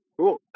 Cool